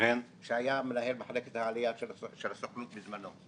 שהיה מנהל מחלקת העלייה של הסוכנות בזמנו.